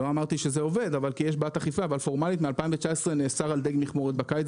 לא אמרתי שזה עובד כי יש בעיית אכיפה נאסר על דיג מכמורת בקיץ,